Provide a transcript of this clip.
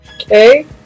Okay